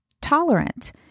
tolerant